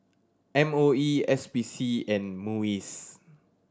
M O E S P C and MUIS